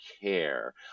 care